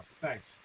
thanks